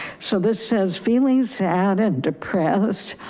so this says feeling sad and depressed,